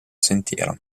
sentiero